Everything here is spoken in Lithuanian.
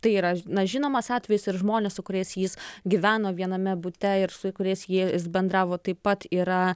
tai yra na žinomas atvejis ir žmonės su kuriais jis gyveno viename bute ir su kuriais jis bendravo taip pat yra